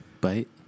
Bite